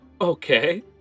Okay